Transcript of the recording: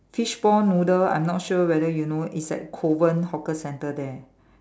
fishball noodle I'm not sure you know is at Kovan hawker centre there